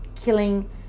killing